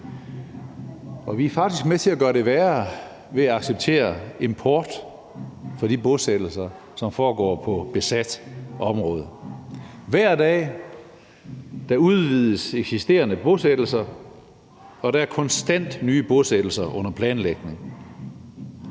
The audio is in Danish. Vi er faktisk med til at gøre det værre ved at acceptere import fra de bosættelser, som sker på besat område. Hver dag udvides eksisterende bosættelser, og der er konstant nye bosættelser under planlægning.